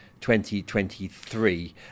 2023